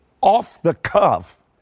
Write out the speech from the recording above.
off-the-cuff